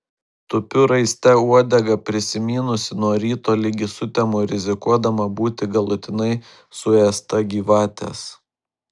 tupiu raiste uodegą prisimynusi nuo ryto ligi sutemų rizikuodama būti galutinai suėsta gyvatės